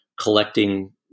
collecting